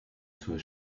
zur